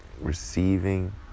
receiving